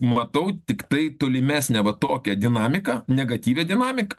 matau tiktai tolimesnę va tokią dinamiką negatyvią dinamiką